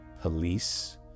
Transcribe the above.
police